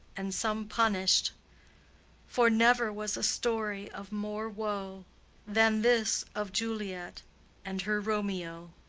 and some punished for never was a story of more woe than this of juliet and her romeo.